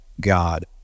God